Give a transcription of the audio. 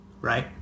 right